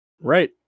Right